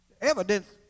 Evidence